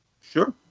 Sure